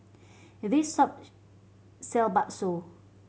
this shop sell bakso